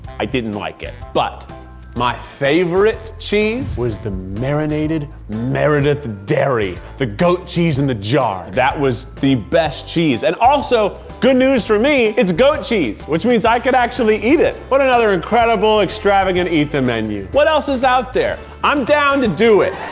i didn't like it, but my favorite cheese was the marinated meredith dairy, the goat cheese in the jar. that was the best cheese, and also good news for me, it's goat cheese, which means i can actually eat it. what but another incredible, extravagant eat the menu. what else is out there? i'm down to do it.